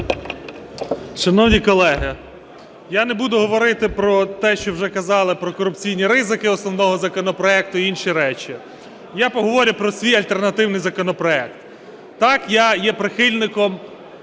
Шановні колеги, я не буду говорити про те, що вже казали – про корупційні ризики основного законопроекту й інші речі, я поговорю про свій альтернативний законопроект. Так, я є прихильником